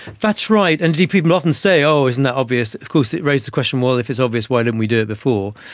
that's right, and people often say, oh, isn't that obvious. of course it raises the question, well, if it's obvious why didn't we do it before.